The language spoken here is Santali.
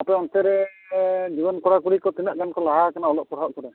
ᱟᱵᱚ ᱚᱱᱛᱮ ᱨᱮ ᱡᱩᱣᱟᱹᱱ ᱠᱚᱲᱟ ᱠᱩᱲᱤ ᱠᱚ ᱛᱤᱱᱟᱹᱜ ᱜᱟᱱ ᱠᱚ ᱞᱟᱦᱟ ᱠᱟᱱᱟ ᱚᱞᱚᱜ ᱯᱟᱲᱦᱟᱜ ᱠᱚᱨᱮ